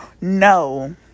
No